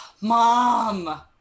Mom